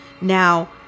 Now